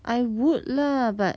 I would lah but